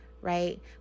right